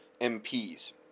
MPs